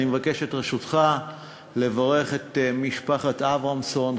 אני מבקש את רשותך לברך את משפחת אברמסון,